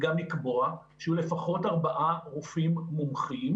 וגם לקבוע שיהיו לפחות ארבעה רופאים מומחים,